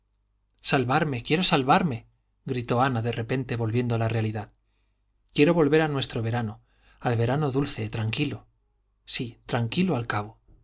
salvarme quiero salvarme gritó ana de repente volviendo a la realidad quiero volver a nuestro verano al verano dulce tranquilo sí tranquilo al cabo